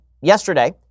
yesterday